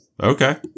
Okay